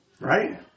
Right